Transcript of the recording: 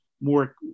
more